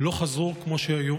לא חזרו כמו שהיו?